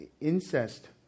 incest